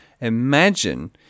Imagine